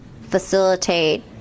facilitate